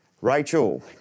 Rachel